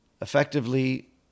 effectively